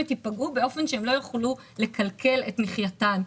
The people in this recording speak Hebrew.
ייפגעו באופן שהן לא יוכלו לכלכל את מחייתן.